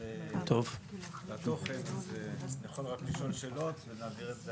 אז אני יכול רק לשאול שאלות ולהעביר את זה